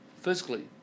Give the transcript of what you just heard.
physically